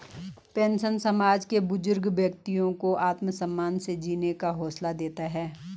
pension समाज के बुजुर्ग व्यक्तियों को आत्मसम्मान से जीने का हौसला देती है